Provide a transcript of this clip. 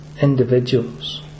individuals